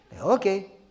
Okay